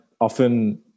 often